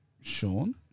Sean